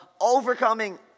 overcoming